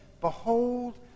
Behold